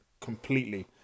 completely